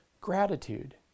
gratitude